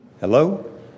Hello